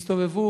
הסתובבו,